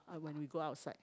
ah when we go outside